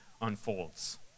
unfolds